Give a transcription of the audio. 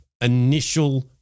initial